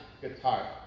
guitar